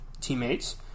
teammates